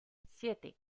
siete